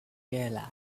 realise